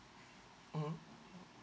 mmhmm